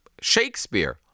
Shakespeare